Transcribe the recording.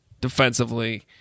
defensively